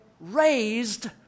raised